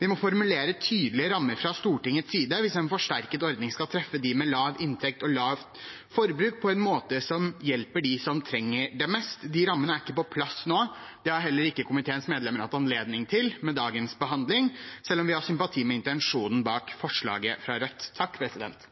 Vi må formulere tydelige rammer fra Stortingets side hvis en forsterket ordning skal treffe dem med lav inntekt og lavt forbruk på en måte som hjelper dem som trenger det mest, og de rammene er ikke på plass nå. Det har heller ikke komiteens medlemmer hatt anledning til med dagens behandling, selv om vi har sympati for intensjonen bak forslaget fra Rødt.